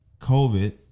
COVID